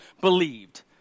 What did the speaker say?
believed